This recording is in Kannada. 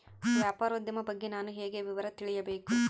ವ್ಯಾಪಾರೋದ್ಯಮ ಬಗ್ಗೆ ನಾನು ಹೇಗೆ ವಿವರ ತಿಳಿಯಬೇಕು?